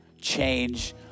change